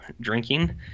drinking